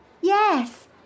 Yes